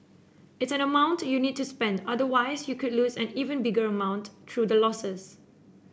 it's an amount you need to spend otherwise you could lose an even bigger amount through the losses